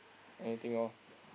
anything lor